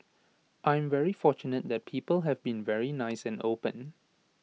I am very fortunate that people have been very nice and open